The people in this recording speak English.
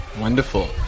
Wonderful